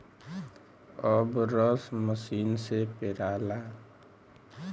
अब रस मसीन से पेराला